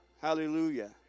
Hallelujah